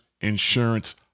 insurance